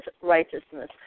righteousness